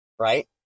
right